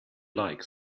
like